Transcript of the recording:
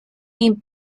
named